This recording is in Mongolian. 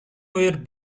үеэр